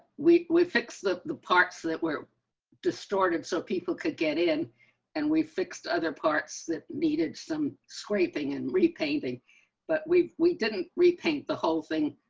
we we fix the the parts that were distorted so people could get in and we fixed other parts that needed some scraping and repainting but we didn't repaint the whole thing,